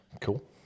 Cool